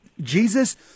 Jesus